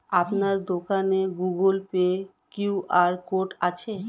আপনার দোকানে Google Pay QR code আছে?